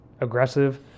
aggressive